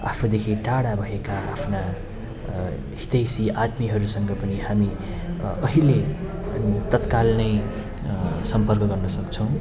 आफूदेखि टाढा भएका आफ्ना हितैसी आदमीहरूसँग पनि हामी अहिले तत्काल नै सम्पर्क गर्न सक्छौँ